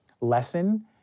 lesson